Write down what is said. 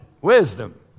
wisdom